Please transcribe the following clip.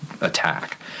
attack